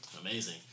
amazing